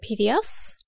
PDS